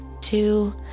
Two